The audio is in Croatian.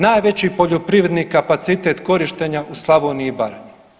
Najveći poljoprivredni kapacitet korištenja u Slavoniji i Baranji.